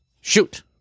Shoot